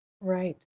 Right